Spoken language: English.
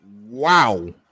Wow